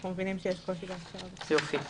יופי.